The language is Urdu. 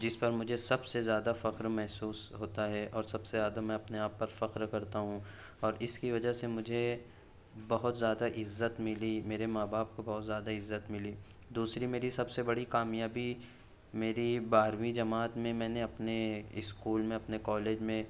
جس پر مجھے سب سے زیادہ فخر محسوس ہوتا ہے اور سب سے زیادہ میں اپنے آپ پر فخر کرتا ہوں اور اس کی وجہ سے مجھے بہت زیادہ عزّت ملی میرے ماں باپ کو بہت زیادہ عزّت ملی دوسری میری سب سے بڑی کامیابی میری بارہویں جماعت میں میں نے اپنے اسکول میں اپنے کالج میں